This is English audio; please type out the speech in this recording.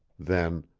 then